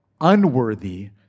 unworthy